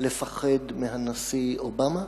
לפחד מהנשיא אובמה,